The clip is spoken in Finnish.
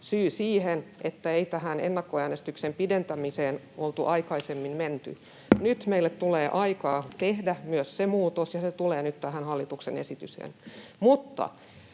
syy siihen, että ei tähän ennakkoäänestyksen pidentämiseen oltu aikaisemmin menty. Nyt meille tulee aikaa tehdä myös se muutos, ja se tulee nyt tähän hallituksen esitykseen.